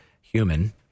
human